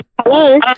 Hello